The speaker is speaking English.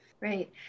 Right